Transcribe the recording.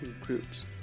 groups